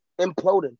imploding